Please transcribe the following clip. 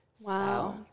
Wow